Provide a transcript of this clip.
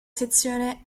sezione